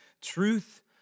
truth